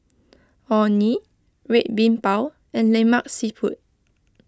Orh Nee Red Bean Bao and Lemak Siput